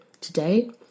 Today